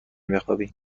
بخوابی